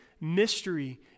mystery